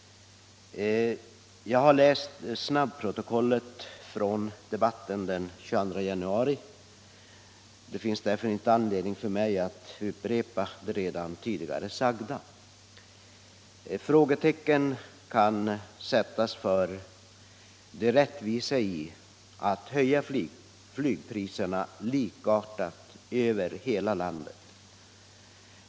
Jag har läst snabbprotokollet från debatten den 22 januari. Det finns därför inte anledning för mig att upprepa det redan tidigare sagda. Frågetecken kan sättas för det rättvisa i att höja flygpriserna likartat över hela landet.